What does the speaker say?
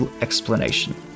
explanation